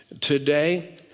today